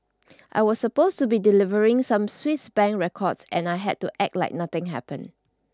I was supposed to be delivering some Swiss bank records and I had to act like nothing happened